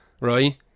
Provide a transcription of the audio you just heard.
right